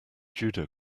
judo